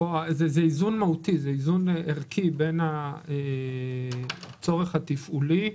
זה איזון מהותי, איזון ערכי בין הצורך התפעולי,